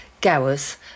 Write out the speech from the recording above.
Gowers